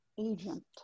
agent